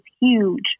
huge